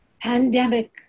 Pandemic